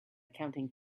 counting